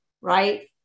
right